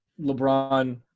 LeBron